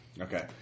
Okay